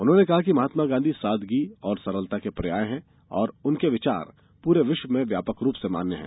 उन्होंने कहा कि महात्मा ्गांधी सादगी और सरलता के पर्याय हैं और उनके विचार पूरे विश्व में व्यापक रूप से मान्य हैं